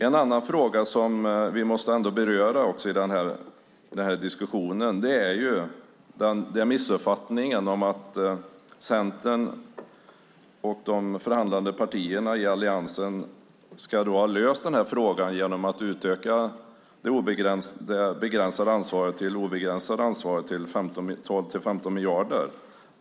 En annan fråga som vi också måste beröra i den här diskussionen är missuppfattningen om att Centern och de förhandlande partierna i Alliansen ska ha löst den här frågan genom att utöka det begränsade ansvaret till ett obegränsat ansvar på 12-15 miljarder.